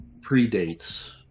predates